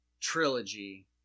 trilogy